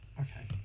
Okay